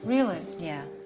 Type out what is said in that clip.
really? yeah.